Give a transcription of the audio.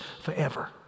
forever